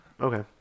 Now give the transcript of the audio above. Okay